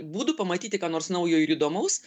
būdų pamatyti ką nors naujo ir įdomaus